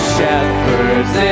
Shepherds